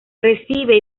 recibe